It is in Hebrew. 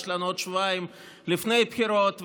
יש לנו עוד שבועיים לפני הבחירות,